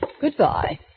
Goodbye